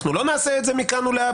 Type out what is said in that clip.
אנחנו לא נעשה את זה מכאן ולהבא,